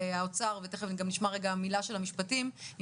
האוצר והמשפטים.